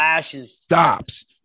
stops